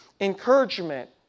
encouragement